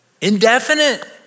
Indefinite